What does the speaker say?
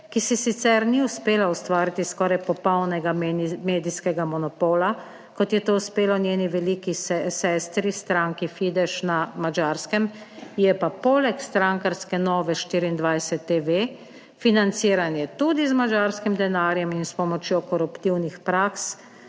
ki si sicer ni uspela ustvariti skoraj popolnega medijskega monopola, kot je to uspelo njeni veliki sestri, stranki Fidesz na Madžarskem, je pa poleg strankarske Nove24TV financiranje tudi z madžarskim denarjem in s pomočjo koruptivnih praks